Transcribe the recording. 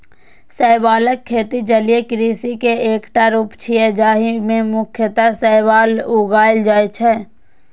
शैवालक खेती जलीय कृषि के एकटा रूप छियै, जाहि मे मुख्यतः शैवाल उगाएल जाइ छै